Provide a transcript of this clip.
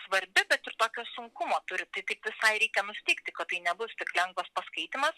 svarbi bet ir tokio sunkumo turi tai taip visai reikia nusiteikti kad tai nebus tik lengvas paskaitymas